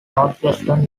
northwestern